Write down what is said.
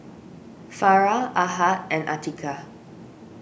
Farah Ahad and Atiqah